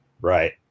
Right